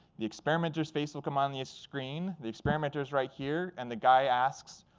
the experimenter's face will come on the screen. the experimenter's right here and the guy asks,